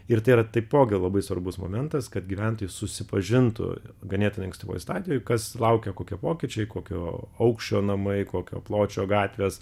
ir tai yra taipogi labai svarbus momentas kad gyventojai susipažintų ganėtinai ankstyvoj stadijoj kas laukia kokie pokyčiai kokio aukščio namai kokio pločio gatvės